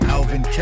Alvin